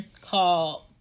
called